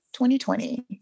2020